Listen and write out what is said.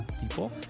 people